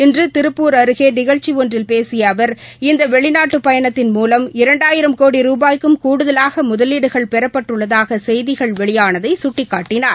இன்று திருப்பூர் அருகே நிகழ்ச்சி ஒன்றில் பேசிய அவர் இந்த வெளிநாட்டு பயணத்தின் மூலம் இரண்டாயிரம் கோடி ரூபாய்க்கும் கூடுதலாக முதலீடுகள் பெறப்பட்டுள்ளதாக செய்திகள் வெளியானதை சுட்டிக்காட்டினார்